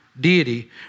deity